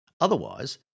Otherwise